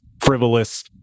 frivolous